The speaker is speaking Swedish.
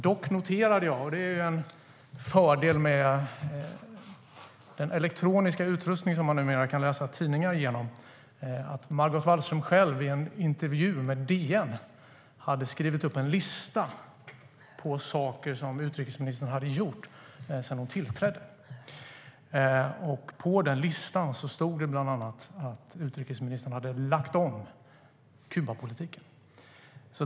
Dock noterade jag - det är en fördel med den elektroniska utrustning som man numera kan läsa tidningar genom - att Margot Wallström själv i en intervju med DN hade gjort en lista över saker som utrikesministern hade uträttat sedan hon tillträdde. På den listan stod det bland annat att utrikesministern hade lagt om Kubapolitiken.